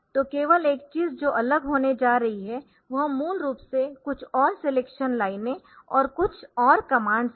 तो केवल एक चीज जो अलग होने जा रही है वह मूल रूप से कुछ और सिलेक्शन लाइनें और कुछ और कमांड्स है